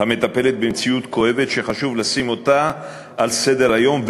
המטפלת במציאות כואבת שחשוב לשים אותה על סדר-היום,